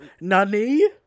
nani